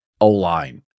O-line